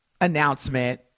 announcement